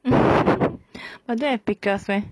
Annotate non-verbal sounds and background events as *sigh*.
*laughs* but don't have pictures meh